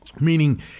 meaning